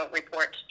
report